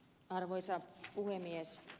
arvoisa puhemies